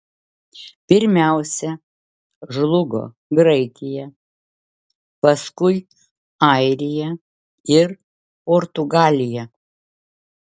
pirmiausia žlugo graikija paskui airija ir portugalija